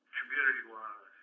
Community-wise